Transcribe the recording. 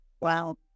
Wow